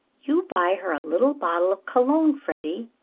you buy her a little bottle of cologne, freddie,